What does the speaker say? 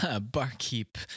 Barkeep